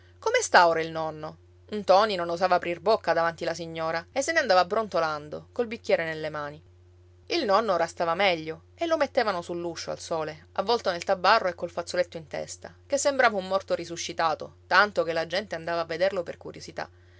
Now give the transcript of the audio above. come sta ora il nonno ntoni non osava aprir bocca davanti la signora e se ne andava brontolando col bicchiere nelle mani il nonno ora stava meglio e lo mettevano sull'uscio al sole avvolto nel tabarro e col fazzoletto in testa che sembrava un morto risuscitato tanto che la gente andava a vederlo per curiosità